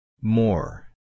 More